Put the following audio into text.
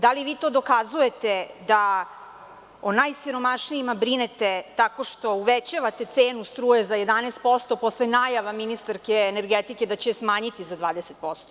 Da li vi to dokazujete da o najsiromašnijima brinete tako što uvećavate cenu struje za 11% posle najava ministarke energetike da će je smanjiti za 20%